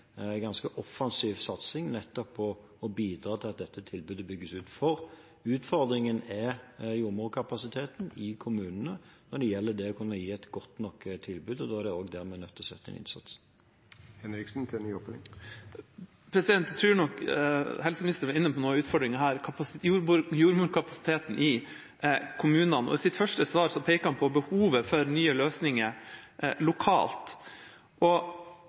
ganske offensiv satsing på å bidra til at nettopp dette tilbudet bygges ut, for utfordringen er jordmorkapasiteten i kommunene når det gjelder det å kunne gi et godt nok tilbud, og der er vi nødt til å sette inn innsatsen. Jeg tror helseministeren var inne på en av utfordringene her: jordmorkapasiteten i kommunene. I sitt første svar peker han på behovet for nye løsninger lokalt.